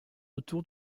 autour